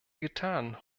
getan